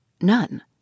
None